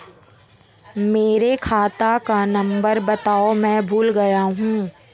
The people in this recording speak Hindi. मेरे खाते का नंबर बताओ मैं भूल गया हूं